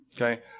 Okay